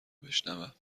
بشنوم